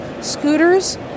scooters